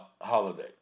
holiday